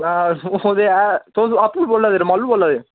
हां सौ सौ ते ऐ तुस आपूं बोल्ला दे रोमालू बोल्ला दे